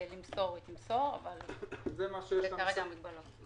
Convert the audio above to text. לא נוכל למסור פרטים שנוגעים ספציפית לאירוע